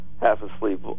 half-asleep